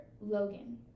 Logan